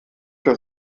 das